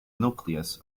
nucleus